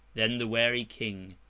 then the wary king,